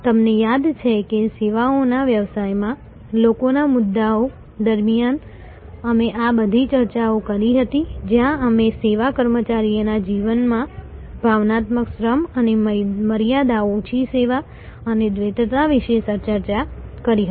તમને યાદ છે કે સેવાઓના વ્યવસાયમાં લોકોના મુદ્દાઓ દરમિયાન અમે આ બધી ચર્ચાઓ કરી હતી જ્યાં અમે સેવા કર્મચારીના જીવનમાં ભાવનાત્મક શ્રમ અને મર્યાદા ઓછી સેવા અને દ્વૈતતા વિશે ચર્ચા કરી હતી